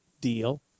deal